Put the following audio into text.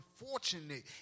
unfortunate